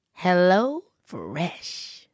HelloFresh